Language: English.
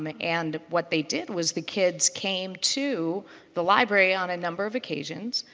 um ah and what they did was the kids came to the library on a number of occasions,